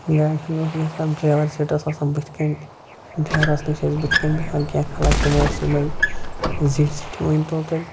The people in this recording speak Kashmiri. گاڑِ ڈرٛیوَر سیٖٹ ٲس آسان بٕتھِ کَنۍ ڈرٛیورَس نِش ٲسۍ بٕتھِ کَنہِ بیٚہوان کینٛہہ خلق تِم ٲسۍ یِمَے زِٹھۍ زِٹھۍ مٲنۍ تو تُہۍ